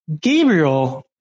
Gabriel